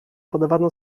podawano